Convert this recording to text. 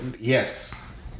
yes